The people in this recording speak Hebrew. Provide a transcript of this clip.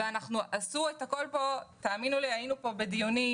עשו את הכול היינו פה בדיונים,